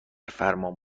فرمان